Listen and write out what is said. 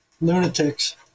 lunatics